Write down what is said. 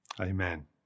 amen